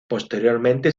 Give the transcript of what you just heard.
posteriormente